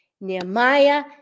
Nehemiah